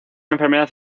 enfermedad